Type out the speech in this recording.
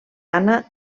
anna